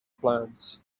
plans